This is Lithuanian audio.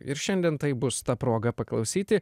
ir šiandien tai bus ta proga paklausyti